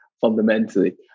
fundamentally